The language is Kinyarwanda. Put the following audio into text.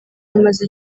amaze